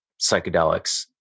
psychedelics